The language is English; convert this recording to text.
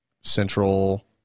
central